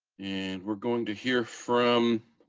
and we're going to hear from